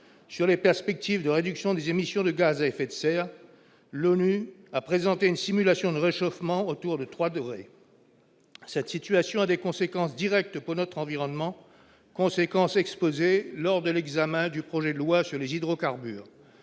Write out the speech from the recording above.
sur les perspectives de réduction des émissions de gaz à effet de serre, l'ONU a présenté une simulation n'réchauffement autour de 3 degrés, cette situation a des conséquences directes pour notre environnement conséquence exposé lors de l'examen du projet de loi sur les hydrocarbures,